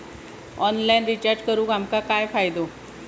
Online recharge करून आमका काय फायदो?